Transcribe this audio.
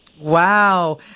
Wow